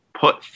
put